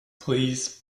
please